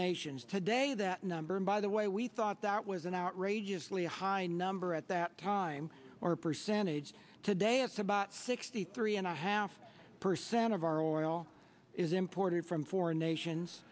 nations today that number by the way we thought that was an outrageously high number at that time or a percentage today it's about sixty three and a half percent of our oil is imported from foreign nations